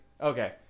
okay